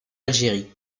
algérie